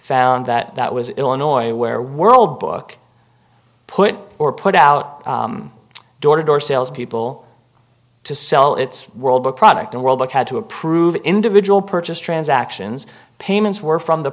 found that that was illinois where world book put or put out door to door sales people to sell its worldwide product and world but had to approve individual purchase transactions payments were from the